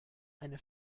eine